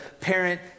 parent